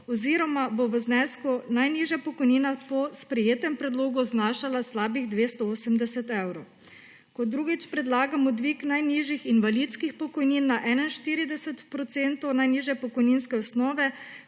oziroma bo v znesku najnižja pokojnina po sprejetem predlogu znašala slabih 280 evrov. Kot drugič predlagamo dvig najnižjih invalidskih pokojnin na 41 % najnižje pokojninske osnove,